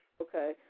Okay